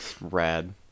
rad